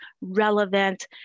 relevant